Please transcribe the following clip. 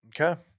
Okay